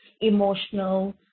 emotional